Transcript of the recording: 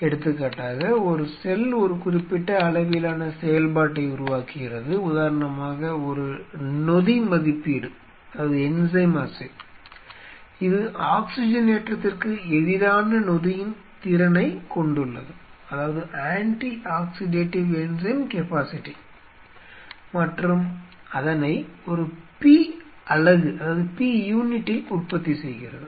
எடுத்துக்காட்டாக ஒரு செல் ஒரு குறிப்பிட்ட அளவிலான செயல்பாட்டை உருவாக்குகிறது உதாரணமாக ஒரு நொதி மதிப்பீடு இது ஆக்ஸிஜனேற்றத்திற்கு எதிரான நொதியின் திறனைக் கொண்டுள்ளது மற்றும் அதனை ஒரு P அலகில் உற்பத்தி செய்கிறது